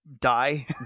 die